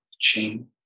chain